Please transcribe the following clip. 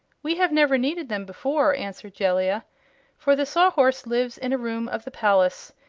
we have never needed them before, answered jellia for the sawhorse lives in a room of the palace,